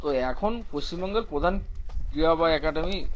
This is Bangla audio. তো এখন পশ্চিমবঙ্গের প্রধান ক্রীড়া বা অ্যাকাডেমি